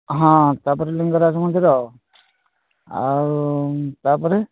ହଁ ତା'ପରେ ଲିଙ୍ଗରାଜ ମନ୍ଦିର ଆଉ ଆଉ ତା'ପରେ